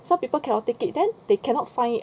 some people cannot take it then they cannot find